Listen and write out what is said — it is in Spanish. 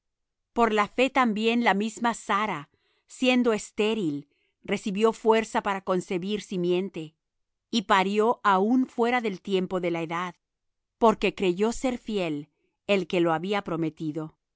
por la fe también la misma sara siendo estéril recibió fuerza para concebir simiente y parió aun fuera del tiempo de la edad porque creyó ser fiel el que lo había prometido